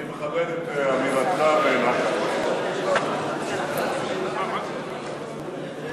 אני מכבד את אמירתך, יפה, אדוני היושב-ראש.